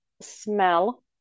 smell